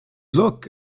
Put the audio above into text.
look